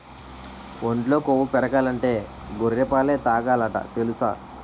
ఒంట్లో కొవ్వు పెరగాలంటే గొర్రె పాలే తాగాలట తెలుసా?